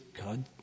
God